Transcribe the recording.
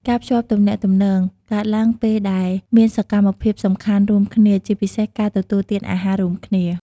ការភ្ជាប់ទំនាក់ទំនង កើតឡើងពេលដែលមានសកម្នភាពសំខាន់រួមគ្នា ជាពិសេសការទទួលទានអាហាររួមគ្នា ។